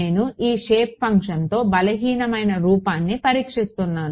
నేను ఈ షేప్ ఫంక్షన్తో బలహీనమైన రూపాన్ని పరీక్షిస్తున్నాను